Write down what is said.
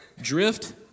drift